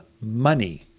money